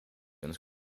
uns